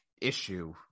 issue